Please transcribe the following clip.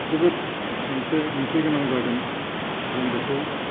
जोबोद मोनसे ओंथिगोनां जागोन जों बेखौ